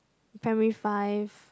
primary five